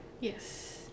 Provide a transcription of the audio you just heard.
Yes